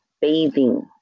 bathing